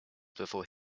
before